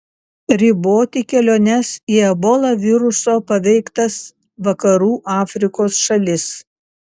riboti keliones į ebola viruso paveiktas vakarų afrikos šalis